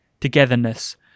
togetherness